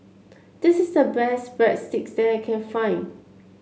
this is the best Breadsticks that I can find